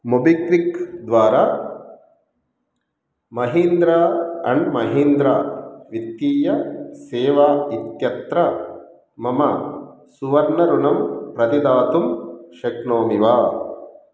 MobiKwik द्वारा Mahindra and Mahindra वित्तीयसेवा इत्यत्र मम सुवर्णऋणं प्रतिदातुं शक्नोमि वा